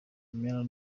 mayor